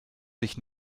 sich